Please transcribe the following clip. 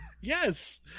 yes